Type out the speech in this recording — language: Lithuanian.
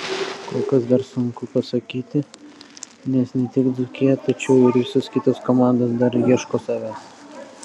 kol kas dar sunku pasakyti nes ne tik dzūkija tačiau ir visos kitos komandos dar ieško savęs